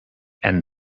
and